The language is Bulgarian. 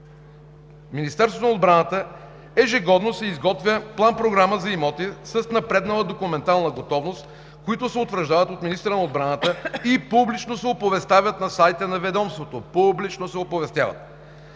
Министерството на отбраната ежегодно се изготвя план-програма за имоти с напреднала документална готовност, които се утвърждават от министъра на отбраната и публично се оповестяват на сайта на ведомството. Публично се оповестяват!